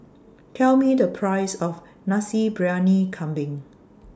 Tell Me The Price of Nasi Briyani Kambing